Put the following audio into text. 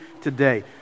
today